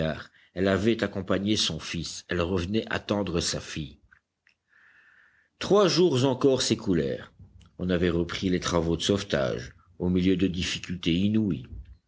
elle avait accompagné son fils elle revenait attendre sa fille trois jours encore s'écoulèrent on avait repris les travaux de sauvetage au milieu de difficultés inouïes